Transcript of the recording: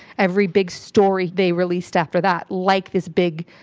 every big story they released after that, like this big,